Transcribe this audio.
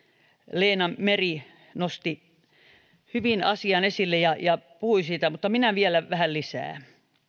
leena meri nosti hyvin asian esille ja ja puhui siitä mutta minä vielä vähän lisään